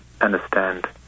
understand